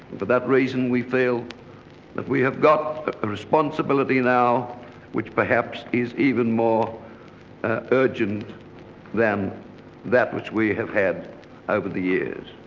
but that reason we feel that we have got the responsibility now which perhaps is even more urgent than that which we have had over the years.